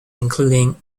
including